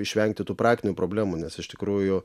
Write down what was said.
išvengti tų praktinių problemų nes iš tikrųjų